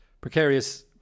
precarious